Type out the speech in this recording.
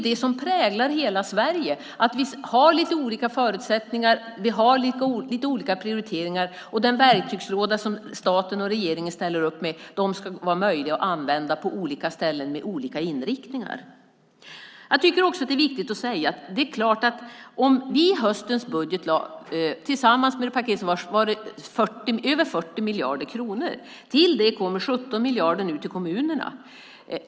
Det som präglar hela Sverige är att vi har olika förutsättningar och prioriteringar. Den verktygslåda som staten och regeringen ställer upp med ska vara möjlig att använda på olika ställen med olika inriktning. Det är också viktigt att säga att i höstens budget lade vi fram ett paket om över 40 miljarder kronor. Till det paketet kommer nu 17 miljarder till kommunerna.